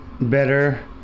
better